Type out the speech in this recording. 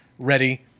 Ready